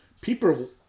People